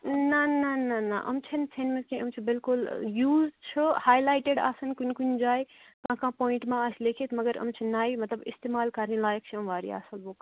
نہ نہ نہ نہ یِم چھِنہٕ ژیٚنمٕژ کینٛہہ یِم چھِ بِلکُل یوٗز چھُ ہایلایٹِڈ آسَن کُنہِ کُنہِ جایہِ کانٛہہ کانٛہہ پویِنٛٹ ما آسہِ لیٚکھِتھ مگر یِم چھِ نَیہِ مطلب استعمال کَرنہِ لایق چھِ یِم واریاہ اَصٕل بُکٕس